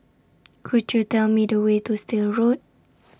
Could YOU Tell Me The Way to Still Road